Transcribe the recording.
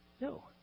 No